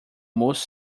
most